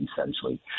essentially